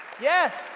yes